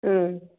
ಹ್ಞೂ